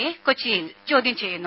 A കൊച്ചിയിൽ ചോദ്യം ചെയ്യുന്നു